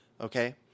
okay